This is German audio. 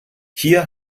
hier